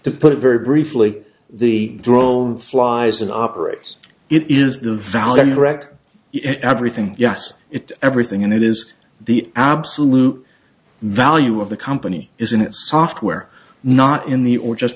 to put it very briefly the drone flies in operates it is the value wrecked everything yes it everything in it is the absolute value of the company isn't it software not in the or just